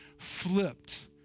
flipped